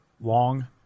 long